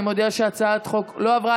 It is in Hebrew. אני מודיעה שהצעת החוק לא עברה.